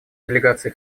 делегации